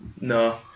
No